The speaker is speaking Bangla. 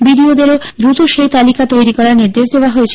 বিডিওদের দ্রুত সেই তালিকা তৈরি করার নির্দেশ দেওয়া হয়েছে